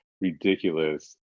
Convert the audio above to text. ridiculous